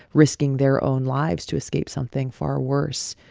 risking their own lives to escape something far worse.